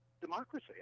democracy